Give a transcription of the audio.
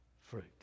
fruit